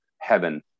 heaven